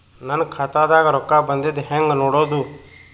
ನನ್ನ ಖಾತಾದಾಗ ರೊಕ್ಕ ಬಂದಿದ್ದ ಹೆಂಗ್ ನೋಡದು?